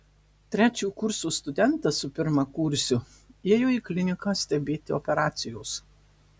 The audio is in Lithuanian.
trečio kurso studentas su pirmakursiu ėjo į kliniką stebėti operacijos